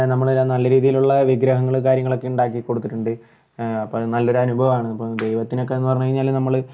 നമ്മളെല്ലാം നല്ല രീതിയിലുള്ള വിഗ്രങ്ങളും കാര്യങ്ങളൊക്കെ ഉണ്ടാക്കി കൊടുത്തിട്ടുണ്ട് അപ്പം അത് നല്ലൊരനുഭവാണ് അപ്പം ദൈവത്തിനെക്കെന്ന് പറഞ്ഞ് കഴിഞ്ഞാൽ നമ്മൾ